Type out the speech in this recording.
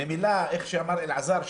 איך שאמר אלעזר,